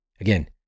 Again